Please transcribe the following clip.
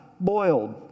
boiled